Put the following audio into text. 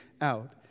out